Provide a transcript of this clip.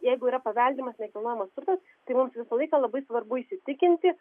jeigu yra paveldimas nekilnojamas turtas tai mums visą laiką labai svarbu įsitikinti